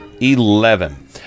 Eleven